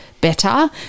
better